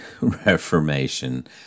Reformation